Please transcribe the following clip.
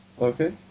Okay